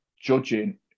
judging